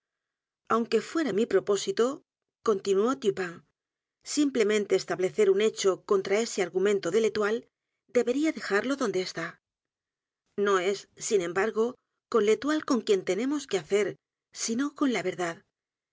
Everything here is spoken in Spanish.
aunque fuera mi propósito continuó dupin simplemente establecer un hecho contra ese argumento de l'étoüe debería dejarlo donde está no es sin e m b a r g o con véloile con quien tenemos quehacer sino con la verdad